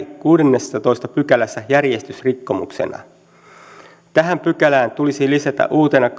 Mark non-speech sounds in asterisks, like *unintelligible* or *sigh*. *unintelligible* kuudennessatoista pykälässä järjestysrikkomuksena tähän pykälään tulisi lisätä uutena *unintelligible*